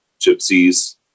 gypsies